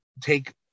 take